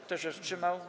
Kto się wstrzymał?